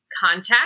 contact